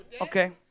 Okay